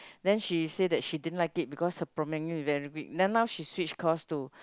then she says that she didn't like it because her then now she switched course to